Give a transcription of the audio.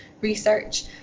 research